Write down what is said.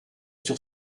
sur